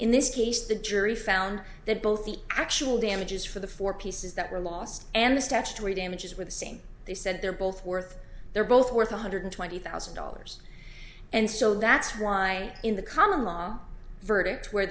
in this case the jury found that both the actual damages for the four pieces that were lost and the statutory damages were the same they said they're both worth they're both worth one hundred twenty thousand dollars and so that's why in the common law verdict where